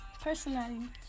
Personally